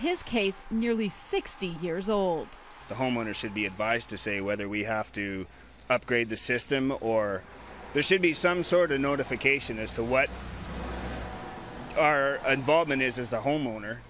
his case nearly sixty years old the homeowner should be advised to say whether we have to upgrade the system or there should be some sort of notification as to what our involvement is as a homeowner